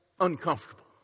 uncomfortable